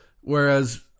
Whereas